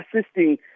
assisting